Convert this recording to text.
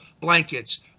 blankets